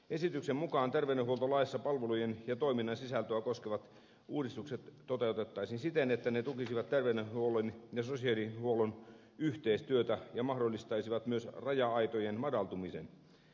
esityksen mukaan palvelujen ja toiminnan sisältöä koskevat terveydenhuoltolain uudistukset toteutettaisiin siten että ne tukisivat terveydenhuollon ja sosiaalihuollon yhteistyötä ja mahdollistaisivat myös raja aitojen madaltumisen